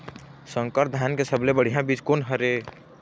संकर धान के सबले बढ़िया बीज कोन हर ये?